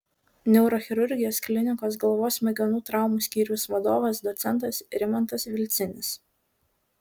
neurochirurgijos klinikos galvos smegenų traumų skyriaus vadovas docentas rimantas vilcinis